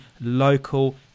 local